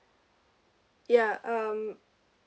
ya um